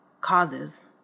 causes